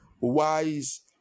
wise